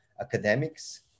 academics